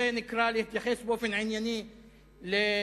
זה נקרא להתייחס באופן ענייני לנתונים